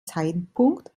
zeitpunkt